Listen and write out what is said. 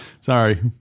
sorry